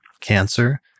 Cancer